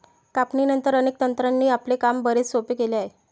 कापणीनंतर, अनेक तंत्रांनी आपले काम बरेच सोपे केले आहे